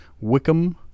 Wickham